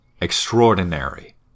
Extraordinary